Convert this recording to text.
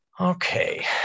Okay